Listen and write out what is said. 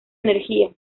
energía